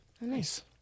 Nice